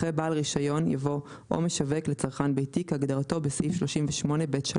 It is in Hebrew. אחרי "בעל רישיון" יבוא "או משווק לצרכן ביתי כהגדרתו בסעיף 38(ב3)".